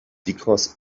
because